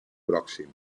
pròxim